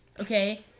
Okay